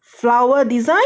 flower design